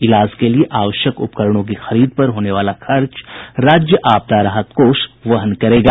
इलाज के लिए आवश्यक उपकरणों की खरीद पर होने वाला खर्च राज्य आपदा राहत कोष वहन करेगा